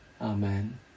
Amen